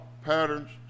patterns